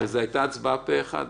זו הייתה הצבעה פה-אחד.